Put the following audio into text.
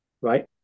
right